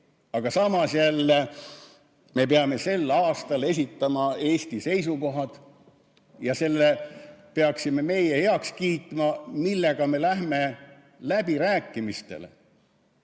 Aga samas jälle me peame sel aastal esitama Eesti seisukohad ja need peaksime meie heaks kiitma. Nendega me läheme läbirääkimistele.